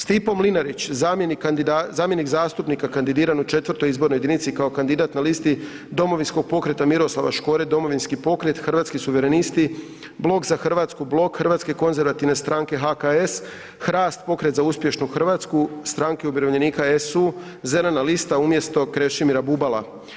Stipo Mlinarić, zamjenik zastupnika kandidiran u VI. izbornoj jedinici kao kandidat na listi Domovinskog pokreta Miroslava Škore, Domovinski pokret, Hrvatski suverenisti, Blok za Hrvatsku, Blok Hrvatske konzervativne stranke, HKS, HRAST, Pokret za uspješnu Hrvatsku, Stranke umirovljenika, SU, Zelena lista umjesto Krešimira Bubala.